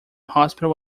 hospital